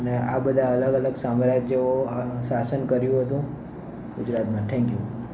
અને આ બધા અલગ અલગ સામ્રાજ્યો શાસન કર્યું હતું ગુજરાતમાં થેન્ક યુ